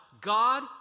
God